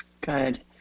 Good